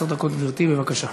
עשר דקות, גברתי, בבקשה.